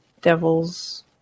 devils